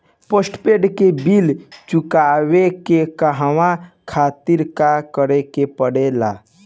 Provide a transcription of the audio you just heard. Postpaid के bill चुकावे के कहवा खातिर का करे के पड़ें ला?